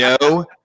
no